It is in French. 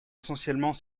essentiellement